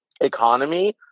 economy